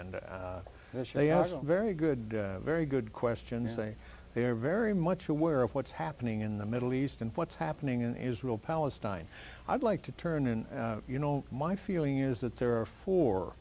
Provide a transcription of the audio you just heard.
are very good very good questions they they're very much aware of what's happening in the middle east and what's happening in israel palestine i'd like to turn and you know my feeling is that there are four